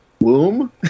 womb